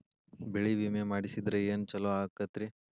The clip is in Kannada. ಬೆಳಿ ವಿಮೆ ಮಾಡಿಸಿದ್ರ ಏನ್ ಛಲೋ ಆಕತ್ರಿ?